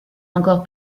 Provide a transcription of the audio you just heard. encore